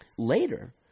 Later